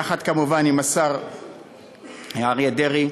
יחד, כמובן, עם השר אריה דרעי,